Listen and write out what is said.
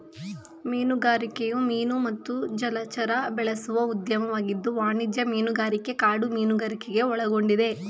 ಮೀನುಗಾರಿಕೆಯು ಮೀನು ಮತ್ತು ಜಲಚರ ಬೆಳೆಸುವ ಉದ್ಯಮವಾಗಿದ್ದು ವಾಣಿಜ್ಯ ಮೀನುಗಾರಿಕೆ ಕಾಡು ಮೀನುಗಾರಿಕೆನ ಒಳಗೊಂಡಿದೆ